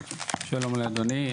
שלום, אדוני.